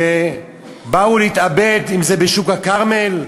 שבאו להתאבד, אם בשוק הכרמל,